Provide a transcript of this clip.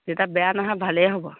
তেতিয়া বেয়া নহয় ভালেই হ'ব